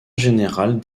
générale